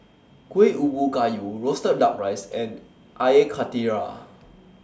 Kuih Ubi Kayu Roasted Duck Rice and Air Karthira